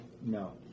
No